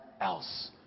else